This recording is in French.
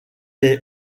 est